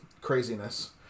craziness